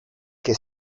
que